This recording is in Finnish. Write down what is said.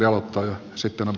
olkaa hyvä